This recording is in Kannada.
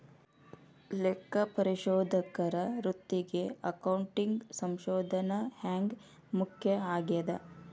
ಲೆಕ್ಕಪರಿಶೋಧಕರ ವೃತ್ತಿಗೆ ಅಕೌಂಟಿಂಗ್ ಸಂಶೋಧನ ಹ್ಯಾಂಗ್ ಮುಖ್ಯ ಆಗೇದ?